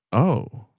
oh,